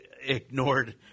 ignored